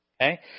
Okay